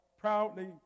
proudly